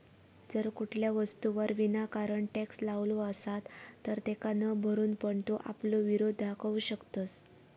जर कुठल्या वस्तूवर विनाकारण टॅक्स लावलो असात तर तेका न भरून पण तू आपलो विरोध दाखवू शकतंस